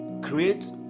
create